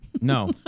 No